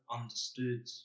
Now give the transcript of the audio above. understood